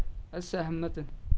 असैह्मत